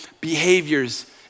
behaviors